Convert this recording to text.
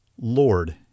Lord